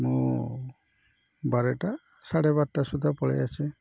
ମୁଁ ବାରଟା ସାଢ଼େ ବାରଟା ସୁଦ୍ଧା ପଳାଇ ଅଛି